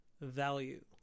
value